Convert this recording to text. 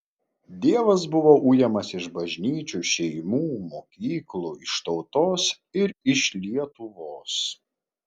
dievas buvo ujamas iš bažnyčių šeimų mokyklų iš tautos ir iš lietuvos